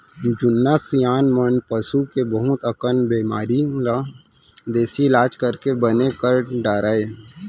जुन्ना सियान मन पसू के बहुत अकन बेमारी ल देसी इलाज करके बने कर डारय